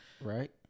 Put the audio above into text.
Right